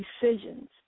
decisions